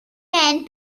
men